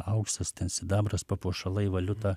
auksas sidabras papuošalai valiuta